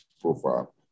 profile